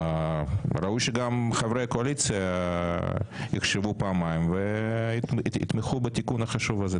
ראוי שגם חברי הקואליציה יחשבו פעמיים ויתמכו בתיקון החשוב הזה.